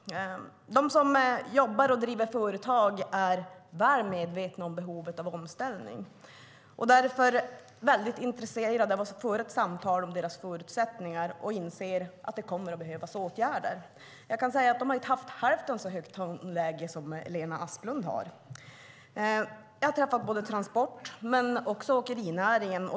De som jobbar och driver företag är väl medvetna om behovet av omställning och därför mycket intresserade av att föra ett samtal om deras förutsättningar. De inser att det kommer att behövas åtgärder. Jag kan säga att de inte har haft hälften så högt tonläge som Lena Asplund har. Jag har träffat Transport men också åkerinäringen.